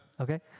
okay